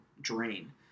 drain